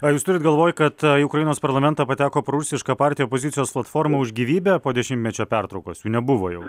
ar jūs turit galvoj kad į ukrainos parlamentą pateko prorusiška partija opozicijos platforma už gyvybę po dešimtmečio pertraukos nebuvo jau